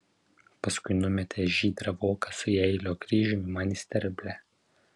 paskui numetė žydrą voką su jeilio kryžiumi man į sterblę